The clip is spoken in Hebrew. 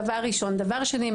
דבר שני,